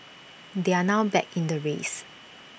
they are now back in the race